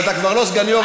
כשאתה כבר לא סגן יו"ר,